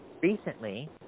recently